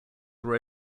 were